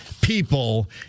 people